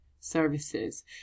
services